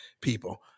people